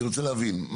אני רוצה להבין.